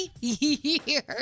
years